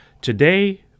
today